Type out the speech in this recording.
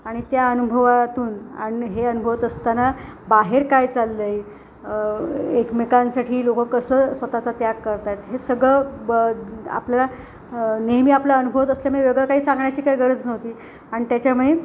आणि त्या अनुभवातून आणि हे अनुभवत असताना बाहेर काय चाललं आहे एकमेकांसाठी लोकं कसं स्वतःचा त्याग करत आहेत हे सगळं ब आपल्याला नेहमी आपण अनुभवत असल्यामुळे वेगळं काही सांगण्याची काही गरज नव्हती आणि त्याच्यामुळे